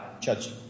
Judge